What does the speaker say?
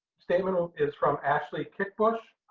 statement um is from ashley kickbush.